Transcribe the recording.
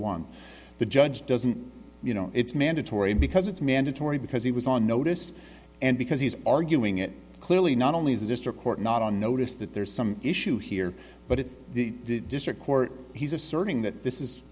one the judge doesn't you know it's mandatory because it's mandatory because he was on notice and because he's arguing it clearly not only is the district court not on notice that there's some issue here but it's the district court he's asserting that this is